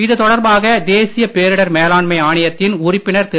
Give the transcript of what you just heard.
இது தொடர்பாக தேசிய பேரிடர் மேலாண்மை ஆணையத்தின் உறுப்பினர் திரு